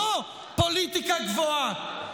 זאת פוליטיקה גבוהה.